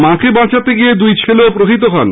মাকে বাঁচাতে গিয়ে দুই ছেলেও প্রহৃত হন